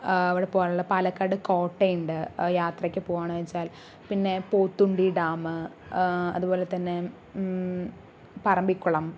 ഇവിടെ പോകാനുള്ള പാലക്കാട് കോട്ടയുണ്ട് യാത്രയ്ക്ക് പോവുകയാണ് വെച്ചാൽ പിന്നെ പോത്തുണ്ടി ഡാം അതുപോലെത്തന്നെ പറമ്പിക്കുളം